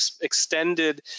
extended